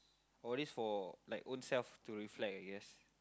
all this for like ownself to reflect I guess